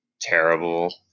terrible